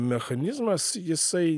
mechanizmas jisai